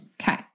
okay